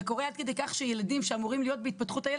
שקורה עד כדי כך שילדים שאמורים להיות בהתפתחות הילד